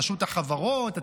רשות החברות,